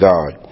God